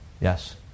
Yes